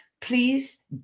Please